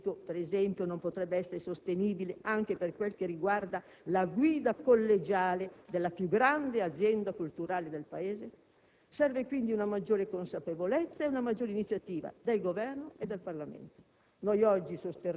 Perché questo principio, per esempio, non potrebbe essere sostenibile anche per quel che riguarda la guida collegiale della più grande azienda culturale del Paese? Servono quindi una maggiore consapevolezza e una maggiore iniziativa del Governo e del Parlamento.